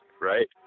right